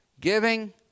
Giving